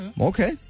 Okay